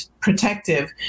protective